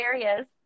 areas